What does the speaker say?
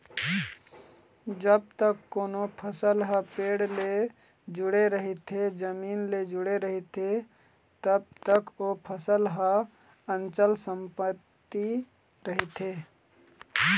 जब तक कोनो फसल ह पेड़ ले जुड़े रहिथे, जमीन ले जुड़े रहिथे तब तक ओ फसल ह अंचल संपत्ति रहिथे